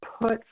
put